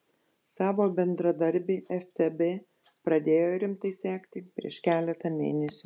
savo bendradarbį ftb pradėjo rimtai sekti prieš keletą mėnesių